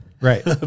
Right